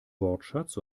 wortschatz